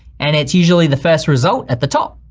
and it's usually the first result at the top.